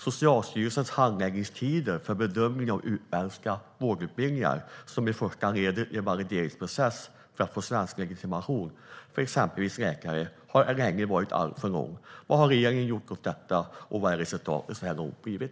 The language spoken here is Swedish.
Socialstyrelsens handläggningstider för bedömning av utländska vårdutbildningar, som är första ledet i en valideringsprocess för att få exempelvis svensk läkarlegitimation, har länge varit alltför långa. Jag vill därför fråga sjukvårdsministern: Vad har regeringen gjort åt detta, och vilket har resultatet så här långt blivit?